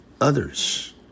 others